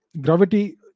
gravity